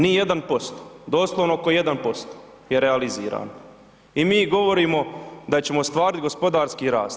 Nijedan posto, doslovno oko 1% je realizirano i mi govorimo da ćemo ostvarit gospodarski rast.